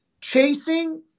Chasing